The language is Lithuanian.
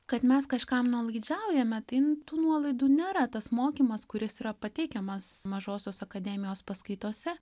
kad mes kažkam nuolaidžiaujame tai tų nuolaidų nėra tas mokymas kuris yra pateikiamas mažosios akademijos paskaitose